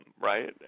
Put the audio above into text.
right